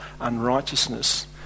unrighteousness